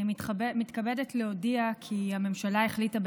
אני מתכבדת להודיע כי הממשלה החליטה,